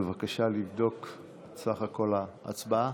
בבקשה לבדוק את סיכום ההצבעה.